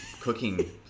cooking